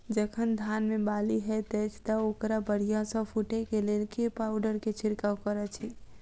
जखन धान मे बाली हएत अछि तऽ ओकरा बढ़िया सँ फूटै केँ लेल केँ पावडर केँ छिरकाव करऽ छी?